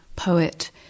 poet